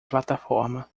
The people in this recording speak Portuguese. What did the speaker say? plataforma